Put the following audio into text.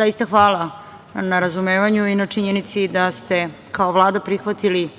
zaista hvala na razumevanju i na činjenici da ste kao Vlada prihvatili